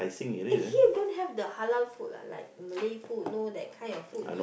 eh here don't have the halal food ah like the Malay food know that kind of food